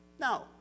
No